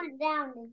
down